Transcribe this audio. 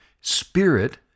Spirit